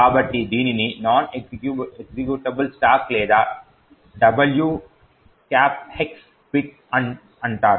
కాబట్టి దీనిని non executable stack లేదా W X బిట్ అంటారు